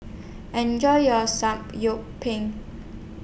Enjoy your